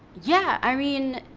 yeah, i mean,